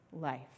life